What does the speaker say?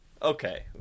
Okay